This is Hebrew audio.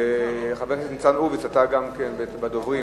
וחבר הכנסת ניצן הורוביץ, אתה גם כן בדוברים.